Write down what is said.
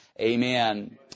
Amen